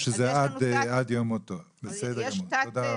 רשם בריאות הנפש זה מתעד איזשהו רשימה ממוחשבת שמתעדת את